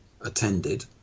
attended